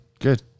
Good